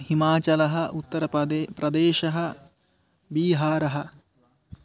हिमाचलः उत्तरप्रदेशः प्रदेशः बीहारः